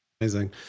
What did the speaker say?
Amazing